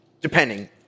depending